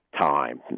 time